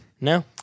No